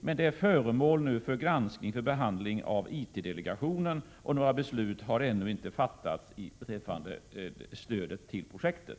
Det är nu föremål för granskning och behandling av IT 4-delegationen, men några beslut har ännu inte fattats beträffande stödet till projektet.